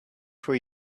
for